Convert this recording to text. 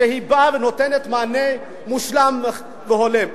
שבאה ונותנת מענה מושלם והולם.